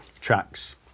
tracks